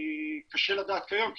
קשה לדעת כיום כי,